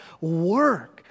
work